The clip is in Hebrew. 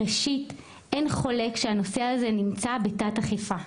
ראשית, אין חולק שהנושא הזה נמצא בתת-אכיפה.